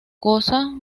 cosa